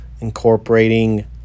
incorporating